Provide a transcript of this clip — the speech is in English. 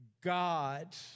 God